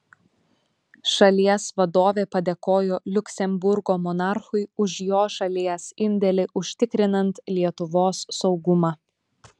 šalies vadovė padėkojo liuksemburgo monarchui už jo šalies indėlį užtikrinant lietuvos saugumą